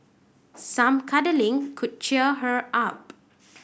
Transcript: some cuddling could cheer her up